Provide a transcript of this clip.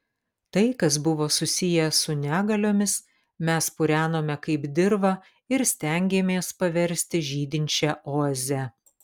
tai kas buvo susiję su negaliomis mes purenome kaip dirvą ir stengėmės paversti žydinčia oaze